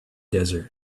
desert